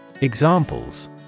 Examples